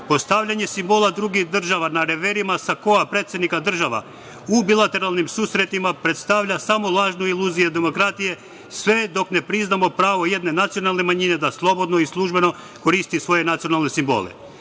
Postavljanje simbola drugih država na reverima sakoa predsednika država u bilateralnim susretima predstavlja samo lažnu iluziju demokratije, sve dok ne priznamo pravo jedne nacionalne manjine da slobodno i službeno koristi svoje nacionalne simbole.